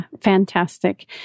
fantastic